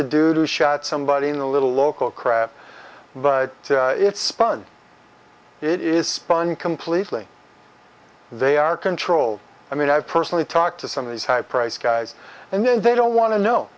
who shot somebody in the little local crap but it's spun it is spun completely they are controlled i mean i've personally talked to some of these high price guys and then they don't want to know